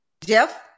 Jeff